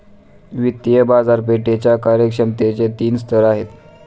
वित्तीय बाजारपेठेच्या कार्यक्षमतेचे तीन स्तर आहेत